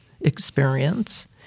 experience